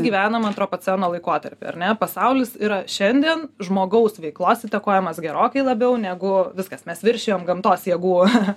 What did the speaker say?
gyvenam antropoceno laikotarpy ar ne pasaulis yra šiandien žmogaus veiklos įtakojamas gerokai labiau negu viskas mes viršijom gamtos jėgų